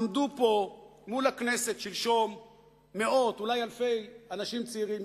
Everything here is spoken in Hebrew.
עמדו פה מול הכנסת שלשום מאות ואולי אלפים של אנשים צעירים,